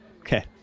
Okay